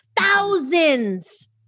thousands